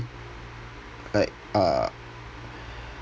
like uh